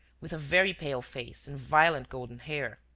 with a very pale face and violent golden hair.